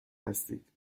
هستید